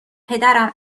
پدرم